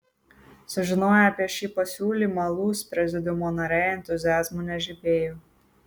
sužinoję apie šį pasiūlymą lūs prezidiumo nariai entuziazmu nežibėjo